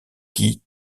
qui